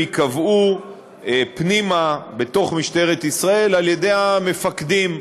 ייקבעו במשטרת ישראל על-ידי המפקדים,